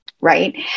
Right